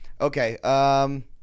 okay